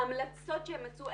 ההמלצות שהם מצאו,